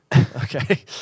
Okay